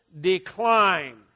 decline